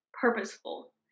purposeful